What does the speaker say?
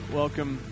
welcome